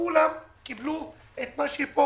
כולם קיבלו את מה שיש פה